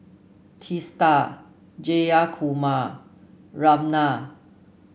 Teesta Jayakumar Ramnath